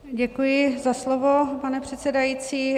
Děkuji za slovo, pane předsedající.